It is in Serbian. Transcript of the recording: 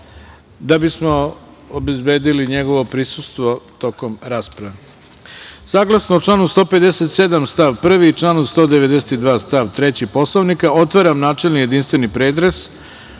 da bismo obezbedili njegovo prisustvo tokom rasprave. Saglasno